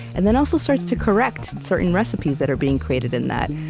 and then also starts to correct certain recipes that are being created in that.